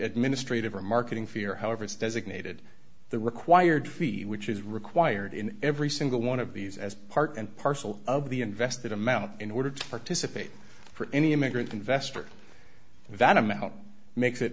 administrative or marketing fear however it's designated the required feet which is required in every single one of these as part and parcel of the invested amount in order to participate for any immigrant investor that amount makes it